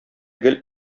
гел